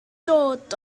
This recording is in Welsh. dod